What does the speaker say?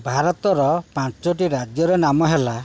ଭାରତର ପାଞ୍ଚଟି ରାଜ୍ୟର ନାମ ହେଲା